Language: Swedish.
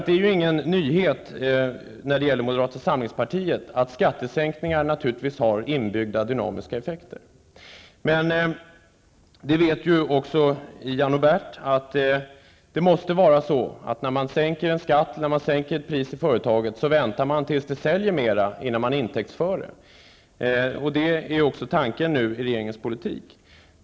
Det är ju ingen nyhet för moderata samlingspartiet att skattesänkningar har inbyggda dynamiska effekter. Också Ian Wachmeister och Bert Karlsson vet att man när man sänker ett pris i företaget måste vänta tills man säljer mera innan man kan intäktsföra det. Motsvarande gäller också för regeringens politik just nu.